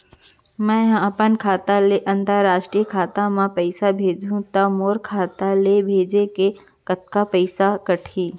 मै ह अपन खाता ले, अंतरराष्ट्रीय खाता मा पइसा भेजहु त मोर खाता ले, भेजे के कतका पइसा कटही?